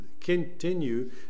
continue